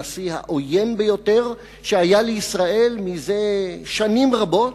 הנשיא העוין ביותר לישראל שהיה בארצות-הברית מזה שנים רבות.